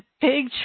big